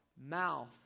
mouth